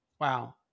Wow